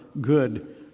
good